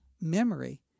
memory